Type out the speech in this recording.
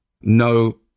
no